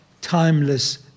timeless